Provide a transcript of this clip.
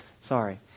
Sorry